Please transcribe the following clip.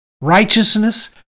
righteousness